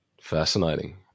Fascinating